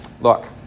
look